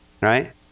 right